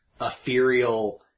ethereal